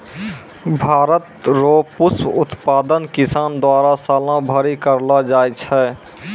भारत रो पुष्प उत्पादन किसान द्वारा सालो भरी करलो जाय छै